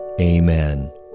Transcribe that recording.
Amen